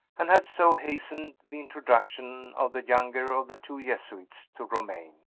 and had so hastened the introduction of the younger of the two jesuits to romayne.